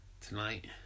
tonight